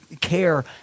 care